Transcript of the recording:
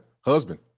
Husband